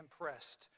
impressed